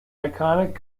iconic